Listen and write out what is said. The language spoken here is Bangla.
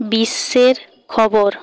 বিশ্বের খবর